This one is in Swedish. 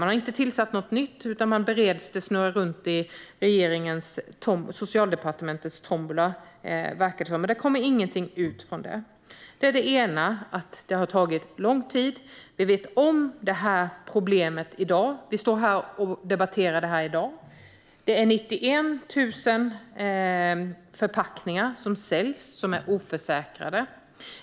Man har inte gjort något nytt, utan frågan bereds och snurrar runt i Socialdepartementets tombola, verkar det som, och ingenting kommer ut. Det har tagit lång tid. Vi känner till det här problemet i dag - vi står här och debatterar det här i dag. Det är 91 000 förpackningar som säljs som är oförsäkrade.